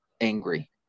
angry